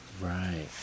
Right